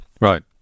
Right